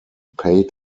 paid